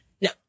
No